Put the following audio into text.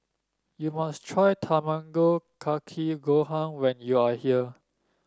you must try Tamago Kake Gohan when you are here